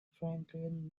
franklin